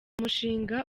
mushinga